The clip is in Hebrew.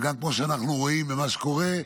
וגם כמו שאנחנו רואים ממה שקורה,